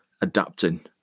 adapting